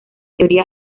teoría